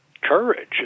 courage